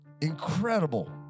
Incredible